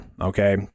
okay